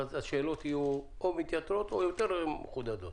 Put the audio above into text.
ואז השאלות או יתייתרו או יהיו מחודדות יותר.